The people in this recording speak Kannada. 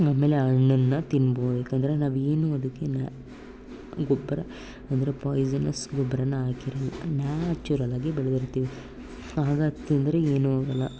ಆಮೇಲೆ ಹಣ್ಣನ್ನು ತಿನ್ಬೌದು ಯಾಕಂದರೆ ನಾವೇನು ಅದಕ್ಕೆ ನಾ ಈ ಗೊಬ್ಬರ ಅಂದರೆ ಪಾಯ್ಝನಸ್ ಗೊಬ್ಬರಾನ ಹಾಕಿರೋಲ್ಲ ನ್ಯಾಚುರಲ್ಲಾಗಿ ಬೆಳ್ದಿರ್ತೀವಿ ಆಗ ಅದು ತಿಂದರೆ ಏನು ಆಗೋಲ್ಲ